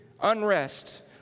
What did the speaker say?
unrest